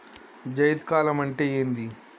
జైద్ కాలం అంటే ఏంది?